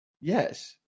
yes